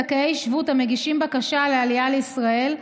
זכאי שבות המגישים בקשה לעלייה לישראל,